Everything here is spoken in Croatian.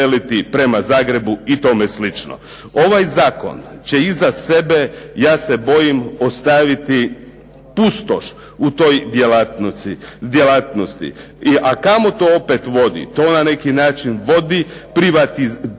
prema Zagrebu i tome slično. Ovaj zakon će iza sebe ja se bojim ostaviti pustoš u toj djelatnosti. A kamo to opet vodi? To na neki način vodi segmentiranoj